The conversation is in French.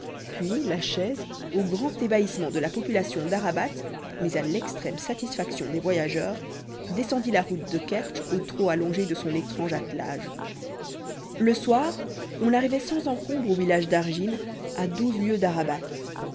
puis la chaise au grand ébahissement de la population d'arabat mais à l'extrême satisfaction des voyageurs descendit la route de kertsch au trot allongé de son étrange attelage le soir on arrivait sans encombre au village d'argin à douze lieues d'arabat